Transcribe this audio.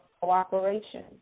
cooperation